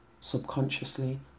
Subconsciously